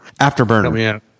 Afterburner